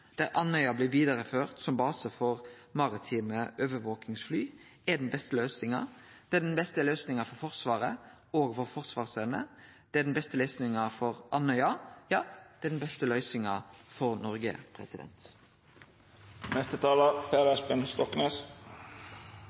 der Andøya blir vidareført som base for maritime overvakingsfly, er den beste løysinga. Det er den beste løysinga for Forsvaret og forsvarsevna vår, det er den beste løysinga for Andøya – ja, det er den beste løysinga for Noreg.